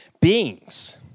beings